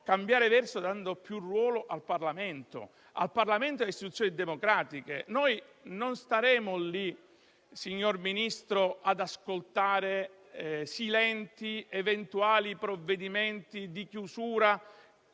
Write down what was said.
cambiare verso, dando un ruolo maggiore al Parlamento e alle istituzioni democratiche. Noi non staremo lì, signor Ministro, ad ascoltare silenti eventuali provvedimenti di chiusura